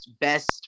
best